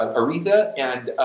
um aretha and